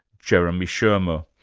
jeremy shearmur,